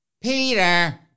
Peter